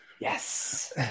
Yes